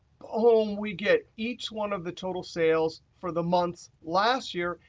um we get each one of the total sales for the months last year,